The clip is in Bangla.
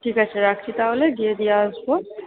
ঠিক আছে রাখছি তাহলে গিয়ে দিয়ে আসবো